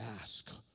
ask